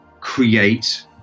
create